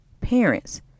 parents